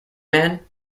man